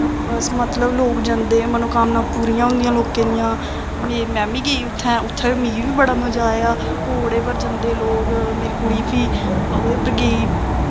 मतलब लोग जंदे मनोकामनां पूरियां होंदियां लोकें दियां में बी गेई उत्थें उत्थैं मिगी बी बड़ा मज़ा आया घोड़े पर जंदे लोग मेरी कुड़ी बी ओह् उप्पर गेई